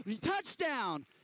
Touchdown